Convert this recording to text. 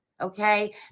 okay